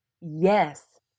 yes